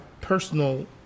personal